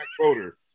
voter